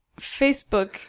Facebook